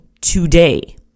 today